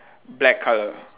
black colour